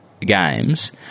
games